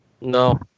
No